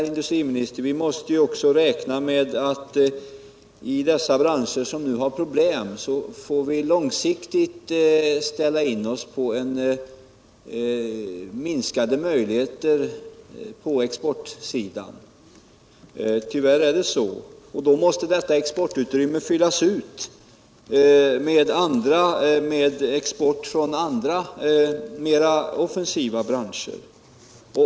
Men, industriministern, vi måste också räkna med att vi för de branscher som nu har problem måste långsiktigt ställa in oss på minskade möjligheter på exportsidan. Tyvärr är det så, och då måste detta exportutrymme fyllas ut med export från andra, mera offensiva branscher.